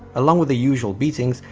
along with the usual beatings,